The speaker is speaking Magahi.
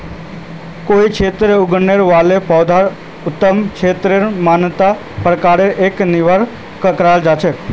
कोई क्षेत्रत उगने वाला पौधार उता क्षेत्रेर मातीर प्रकारेर पर निर्भर कर छेक